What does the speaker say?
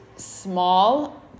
small